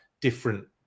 different